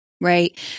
Right